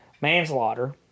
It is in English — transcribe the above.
manslaughter